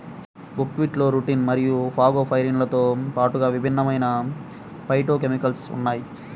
బుక్వీట్లో రుటిన్ మరియు ఫాగోపైరిన్లతో పాటుగా విభిన్నమైన ఫైటోకెమికల్స్ ఉన్నాయి